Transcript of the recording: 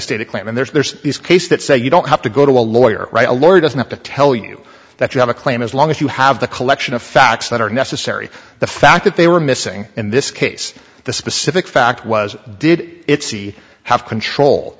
and there's the case that say you don't have to go to a lawyer write a lawyer doesn't have to tell you that you have a claim as long as you have the collection of facts that are necessary the fact that they were missing in this case the specific fact was did it see have control